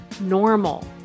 normal